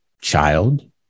child